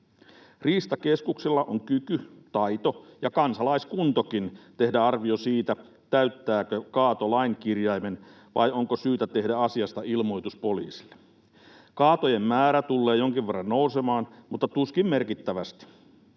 Riistakeskuksella on kyky, taito ja kansalaiskuntokin tehdä arvio siitä, täyttääkö kaato lain kirjaimen vai onko syytä tehdä asiasta ilmoitus poliisille. Kaatojen määrä tullee jonkin verran nousemaan, mutta tuskin merkittävästi.